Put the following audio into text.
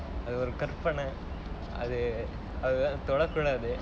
அது ஒரு கற்பனை:athu oru karpanai